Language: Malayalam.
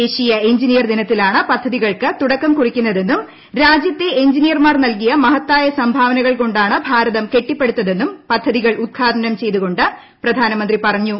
ദേശീയ എഞ്ചിനീയർ ദിനത്തിലാണ് പദ്ധതികൾക്ക് തുടക്കം കുറിക്കുന്നതെന്നും രാജ്യത്തെ എഞ്ചിനീയർമാർ നൽകിയ മഹത്തായ സംഭാവനകൾ കൊണ്ടാണ് ഭാരതം കെട്ടിപ്പടുത്തതെന്നും പദ്ധതികൾ ഉദ്ഘടനം ചെയ്തുകൊണ്ട് പ്രധാനമന്ത്രി പറഞ്ഞു